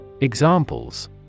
Examples